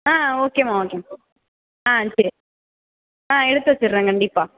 ஆ ஓகேமா ஓகேமா ஆ சரி ஆ எடுத்து வச்சிறேன் கண்டிப்பாக